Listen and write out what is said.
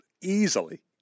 easily